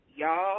Y'all